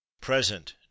present